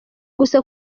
gusa